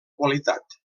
qualitat